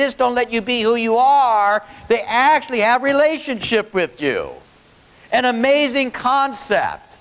is don't let you be who you are they actually add relationship with you an amazing concept